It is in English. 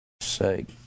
sake